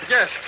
Yes